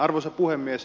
arvoisa puhemies